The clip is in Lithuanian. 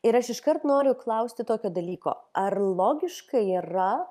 ir aš iškart noriu klausti tokio dalyko ar logiška yra